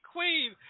Queen